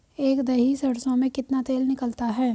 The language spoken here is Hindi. एक दही सरसों में कितना तेल निकलता है?